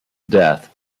death